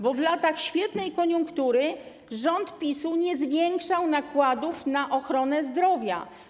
Bo w latach świetnej koniunktury rząd PiS-u nie zwiększał nakładów na ochronę zdrowia.